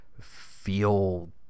feel